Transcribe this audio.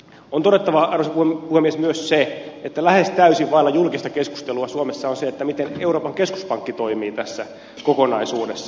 on todettava arvoisa puhemies myös se että lähes täysin vailla julkista keskustelua suomessa on se miten euroopan keskuspankki toimii tässä kokonaisuudessa